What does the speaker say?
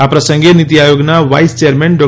આ પ્રસંગે નીતિ આયોગના વાઇસ ચેરમેન ડો